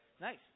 Nice